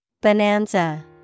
Bonanza